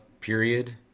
period